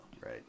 right